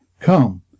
come